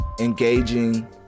engaging